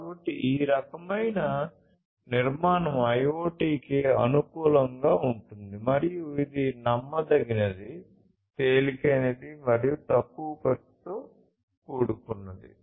కాబట్టి ఈ రకమైన నిర్మాణం IoT కి అనుకూలంగా ఉంటుంది మరియు ఇది నమ్మదగినది తేలికైనది మరియు తక్కువ ఖర్చుతో కూడుకున్నది